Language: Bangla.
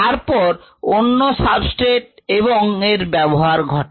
তারপর অন্য সাবস্ট্রেট এর ব্যবহার ঘটে